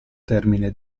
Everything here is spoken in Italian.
termine